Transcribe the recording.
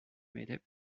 made